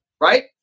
Right